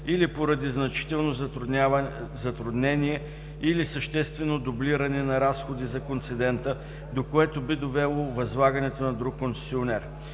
или поради значително затруднение или съществено дублиране на разходи за концедента, до което би довело възлагането на друг концесионер.